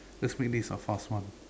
let's make this a fast one